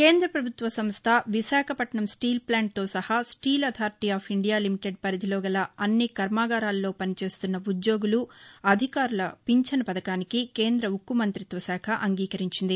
కేంద ప్రభుత్వ సంస్ల విశాఖపట్నం స్టీల్ప్లాంట్ తో సహా steel authority of India limited SAIL పరిధిలో గల అన్ని కర్మాగారాలలో పనిచేస్తున్న ఉద్యోగులు అధికారుల పింఛన్ పథకానికి కేంద ఉక్కు మంతిత్వశాఖ అంగీకరించింది